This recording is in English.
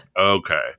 okay